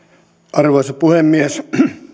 arvoisa puhemies